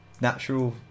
Natural